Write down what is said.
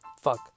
Fuck